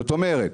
זאת אומרת,